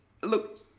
look